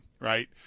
right